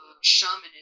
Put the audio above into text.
shamanism